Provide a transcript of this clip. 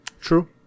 True